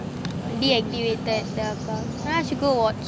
deactivated you should go watch